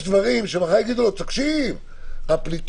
בעל מפעל שנמסרה לו הודעה להמציא דין וחשבון -- זה ב-(ב).